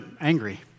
angry